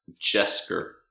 Jesker